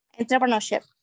entrepreneurship